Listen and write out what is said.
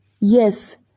Yes